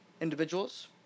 Individuals